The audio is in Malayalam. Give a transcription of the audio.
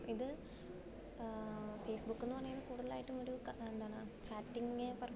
ഇത് ഫേസ്ബുക്കെന്നു പറയുന്നത് കൂടുതലായിട്ടും ഒരു എന്താണ് ചാറ്റിങ്ങ് പർപ്പസിന്